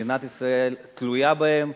שמדינת ישראל תלויה בהם,